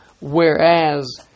whereas